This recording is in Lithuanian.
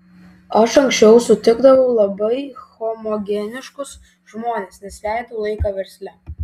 aš anksčiau sutikdavau labai homogeniškus žmones nes leidau laiką versle